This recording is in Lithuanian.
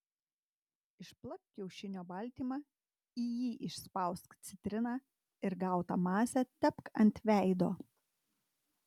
išplak kiaušinio baltymą į jį išspausk citriną ir gautą masę tepk ant veido